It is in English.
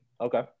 Okay